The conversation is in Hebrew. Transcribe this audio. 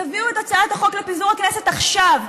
תביאו את הצעת החוק לפיזור הכנסת עכשיו.